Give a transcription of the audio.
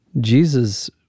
Jesus